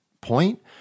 point